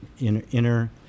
inner